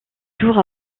jours